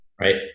right